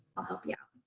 i'll help you out.